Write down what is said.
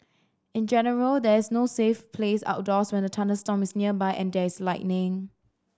in general there is no safe place outdoors when a thunderstorm is nearby and there is lightning